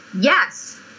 Yes